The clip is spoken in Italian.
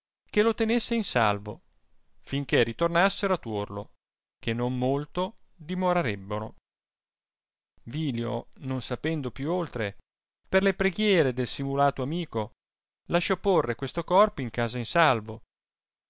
che lo tenesse in salvo fin che ritornassero a tuorlo che non molto dimorarehbono vilio non sapendo piii oltre per la preghiere del simulato amico lasciò porre questo corpo in casa in salvo